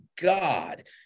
God